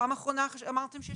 בפעם האחרונה אמרתם שיש 20 מפקחים.